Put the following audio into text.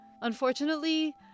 unfortunately